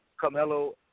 Carmelo